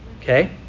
okay